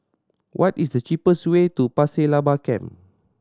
what is the cheapest way to Pasir Laba Camp